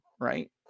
Right